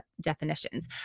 definitions